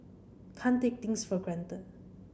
can't take things for granted